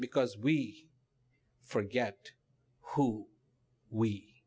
because we forget who we